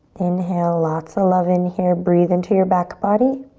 inhale lots of love in here. breathe into your back body.